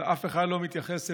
אבל אף אחד לא מתייחס אלינו.